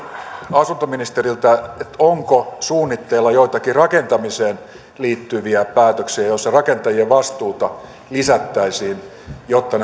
asuntoministeriltä onko suunnitteilla joitakin rakentamiseen liittyviä päätöksiä joissa rakentajien vastuuta lisättäisiin jotta